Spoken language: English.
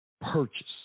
purchase